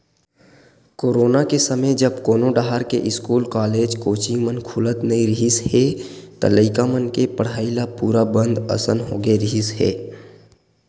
corona के समे जब कोनो डाहर के इस्कूल, कॉलेज, कोचिंग मन खुलत नइ रिहिस हे त लइका मन के पड़हई ल पूरा बंद असन होगे रिहिस हे